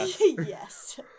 Yes